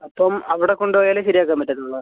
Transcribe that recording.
അപ്പം അവിടെ കൊണ്ടുപോയാലേ ശരിയാക്കാൻ പറ്റത്തുള്ളോ